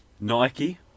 Nike